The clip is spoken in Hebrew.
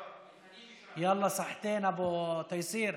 יאללה, סחתיין, אבו תייסיר.